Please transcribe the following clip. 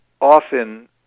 often